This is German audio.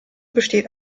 besteht